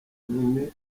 nyine